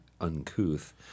uncouth